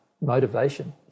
motivation